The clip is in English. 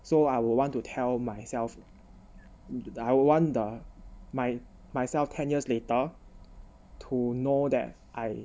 so I would want to tell myself did I want the my~ myself ten years later to know that I